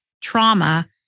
trauma